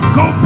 go